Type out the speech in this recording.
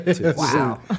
Wow